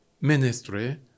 ministry